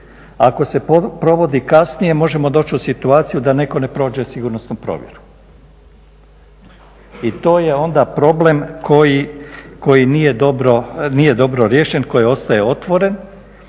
ako se provodi kasnije možemo doći u situaciju da netko ne prođe sigurnosnu provjeru. I to je onda problem koji nije dobro riješen, koji ostaje otvoren.